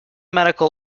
medical